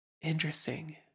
interesting